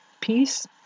peace